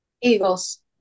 Eagles